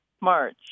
March